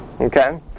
Okay